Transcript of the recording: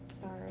Sorry